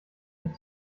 mit